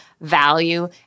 value